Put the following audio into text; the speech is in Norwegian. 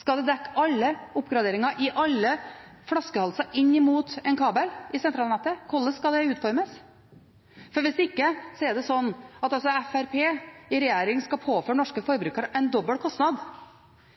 Skal det dekke alle oppgraderinger i alle flaskehalser inn mot en kabel i sentralnettet? Hvordan skal dette utformes? For hvis ikke er det slik at Fremskrittspartiet i regjering skal påføre norske forbrukere en dobbeltkostnad.